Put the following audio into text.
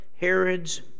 Herod's